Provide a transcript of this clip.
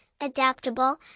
adaptable